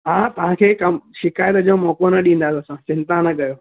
हा तव्हां खे कम शिकाइति जो मोक़ो न ॾींदासीं असां चिंता न कयो